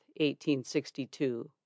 1862